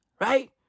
Right